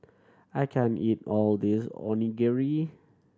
I can't eat all of this Onigiri